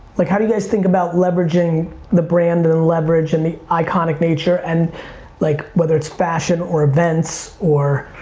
like how do you guys think about leveraging the brand and the leverage and the iconic nature and like whether it's fashion or events or